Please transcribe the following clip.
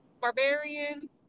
Barbarian